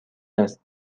است